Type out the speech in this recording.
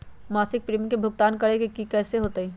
मासिक प्रीमियम के भुगतान करे के हई कैसे होतई?